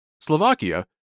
Slovakia